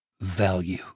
value